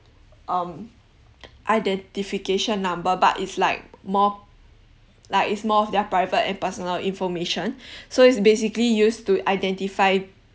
um identification number but it's like more like it's more their private and personal information so it's basically used to identify